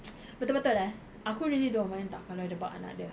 betul betul eh aku really don't mind [tau] kalau dia bawa anak dia